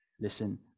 Listen